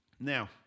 Now